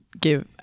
give